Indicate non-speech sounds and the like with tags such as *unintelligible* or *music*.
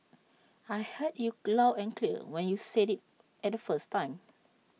I heard you *unintelligible* and clear when you said IT at the first time